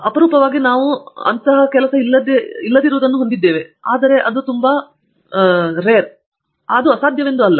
ಅಪರೂಪವಾಗಿ ನಾವು ಹೊಂದಿದ್ದೇವೆ ಅಂದರೆ ಅದು ಅಸಾಧ್ಯವೆಂದು ಅಲ್ಲ